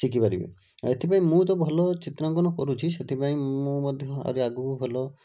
ଶିଖିପାରିବେ ଆଉ ଏଥିପାଇଁ ମୁଁ ତ ଭଲ ଚିତ୍ରାଙ୍କନ କରୁଛି ସେଥିପାଇଁ ମୁଁ ମଧ୍ୟ ଆହୁରି ଆଗକୁ ଭଲ